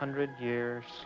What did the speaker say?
hundred years